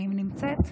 האם נמצאת?